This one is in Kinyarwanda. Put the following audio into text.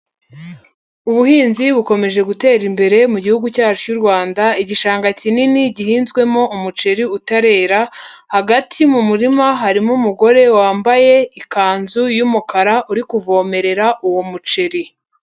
Ubuhinzi bukomeje gutera imbere mu gihugu cyacu cy'u Rwanda, igishanga kinini gihinzwemo umuceri utarera, hagati mu murima harimo umugore wambaye ikanzu y'umukara uri kuvomerera uwo muceri.